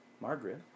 Margaret